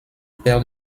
paires